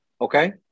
Okay